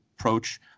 approach